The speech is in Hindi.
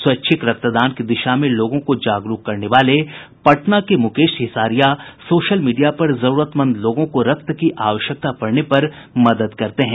स्वैच्छिक रक्तदान की दिशा में लोगों को जागरुक करने वाले पटना के मुकेश हिसारिया सोशल मीडिया पर जरुरतमंद लोगों को रक्त की आवश्यकता पड़ने पर मदद करते हैं